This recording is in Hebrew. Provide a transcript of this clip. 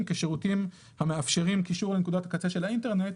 כשירותים המאפשרים קישור לנקודת הקצה של האינטרנט.